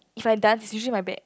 if I can usually my back